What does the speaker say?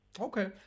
Okay